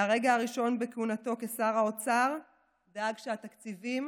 מהרגע הראשון בכהונתו כשר האוצר דאג שהתקציבים